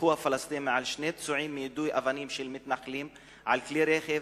דיווחו הפלסטינים על שני פצועים מיידוי אבנים של מתנחלים על כלי רכב.